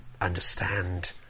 understand